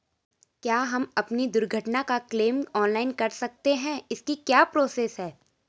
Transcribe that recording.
क्या हम अपनी दुर्घटना का क्लेम ऑनलाइन कर सकते हैं इसकी क्या प्रोसेस है?